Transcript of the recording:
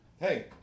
hey